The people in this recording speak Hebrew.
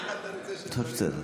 טוב, בסדר.